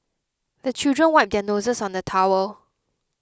the children wipe their noses on the towel